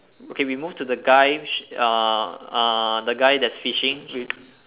okay we move to the guy uh uh the guy that's fishing with